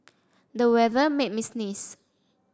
the weather made me sneeze